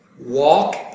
walk